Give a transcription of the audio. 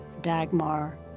Dagmar